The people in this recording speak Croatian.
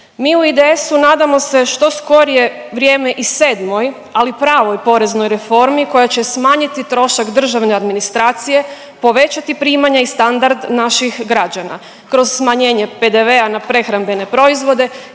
Mi u IDS-u nadamo se što skorije vrijeme i 7., ali pravoj poreznoj reformi koja će smanjiti trošak državne administracije, povećati primanja i standard naših građana, kroz smanjenje PDV-a na prehrambene proizvode